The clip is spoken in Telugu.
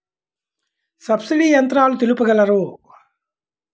సబ్సిడీ యంత్రాలు తెలుపగలరు?